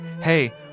Hey